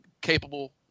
capable